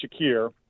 Shakir